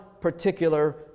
particular